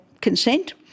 consent